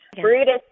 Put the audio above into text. Brutus